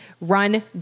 run